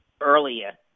earlier